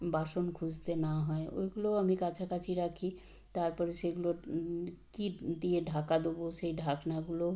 বাসন খুঁজতে না হয় ওইগুলোও আমি কাছাকাছি রাখি তার পরে সেগুলো কী দিয়ে ঢাকা দেবো সেই ঢাকনাগুলোও